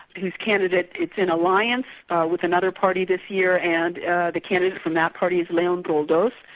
whose candidate, it's in alliance with another party this year, and the candidate from that party is leon roldos,